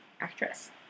Actress